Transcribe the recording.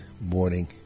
morning